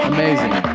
Amazing